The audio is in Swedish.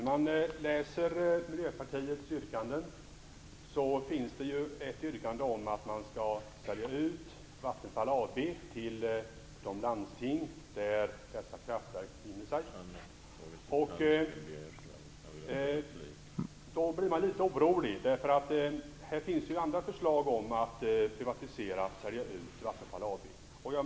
Herr talman! Miljöpartiet har ett yrkande om att man skall sälja ut Vattenfall AB till de landsting där dessa kraftverk befinner sig. Då blir man litet orolig. Här finns ju andra förslag om att privatisera och sälja ut Vattenfall AB.